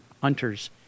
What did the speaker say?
hunters